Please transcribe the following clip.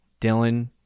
Dylan